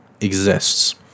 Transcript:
Exists